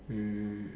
mm